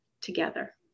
together